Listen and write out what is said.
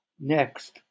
next